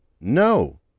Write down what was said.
No